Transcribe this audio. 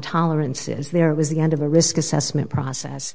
tolerances there was the end of a risk assessment process